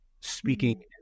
speaking